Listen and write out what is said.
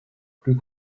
plus